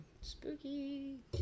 spooky